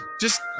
Just-